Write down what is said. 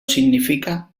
significa